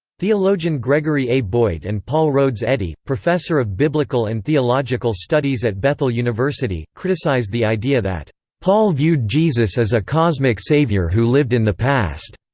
theologian gregory a. boyd and paul rhodes eddy, professor of biblical and theological studies at bethel university, criticise the idea that paul viewed jesus as a cosmic savior who lived in the past,